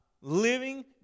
living